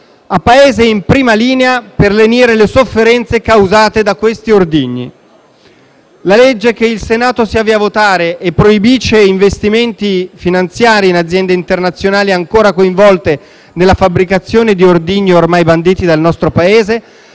a Paese in prima linea per lenire le sofferenze causate da questi ordigni. La legge che il Senato si avvia votare, e che proibisce investimenti finanziari in aziende internazionali ancora coinvolte nella fabbricazione di ordigni ormai banditi dal nostro Paese,